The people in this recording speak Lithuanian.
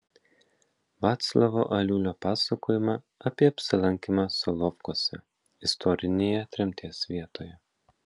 vaclovo aliulio pasakojimą apie apsilankymą solovkuose istorinėje tremties vietoje